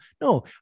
No